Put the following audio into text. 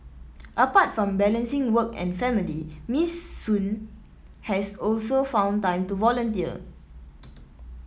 apart from balancing work and family Miss Sun has also found time to volunteer